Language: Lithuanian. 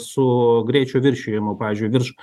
su greičio viršijimu pavyzdžiui virš